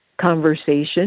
conversation